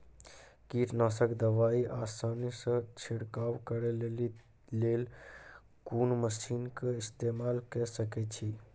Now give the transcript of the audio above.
कीटनासक दवाई आसानीसॅ छिड़काव करै लेली लेल कून मसीनऽक इस्तेमाल के सकै छी?